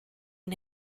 and